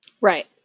Right